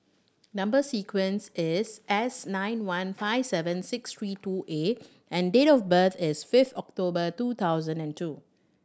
number sequence is S nine one five seven six three two A and date of birth is five October two thousand and two